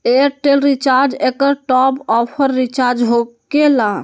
Airtel recharge एकर top off recharge होकेला?